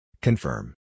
Confirm